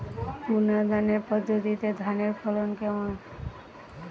বুনাধানের পদ্ধতিতে ধানের ফলন কেমন?